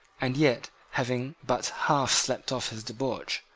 and yet having but half slept off his debauch,